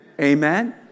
Amen